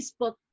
Facebook